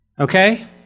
okay